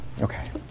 Okay